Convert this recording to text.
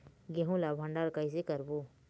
गेहूं ला भंडार कई से करबो?